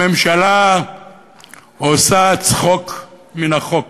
הממשלה עושה צחוק מן החוק,